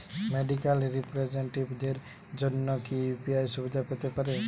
Medical রিপ্রেজন্টেটিভদের জন্য কি ইউ.পি.আই সুবিধা পেতে পারে?